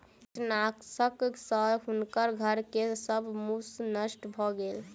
कृंतकनाशक सॅ हुनकर घर के सब मूस नष्ट भ गेल